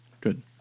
Good